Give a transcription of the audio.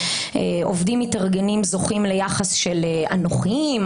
עובדים מתארגנים זוכים ליחס של אנוכיים,